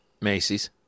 Macy's